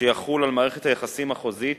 שיחול על מערכת היחסים החוזית